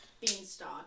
Beanstalk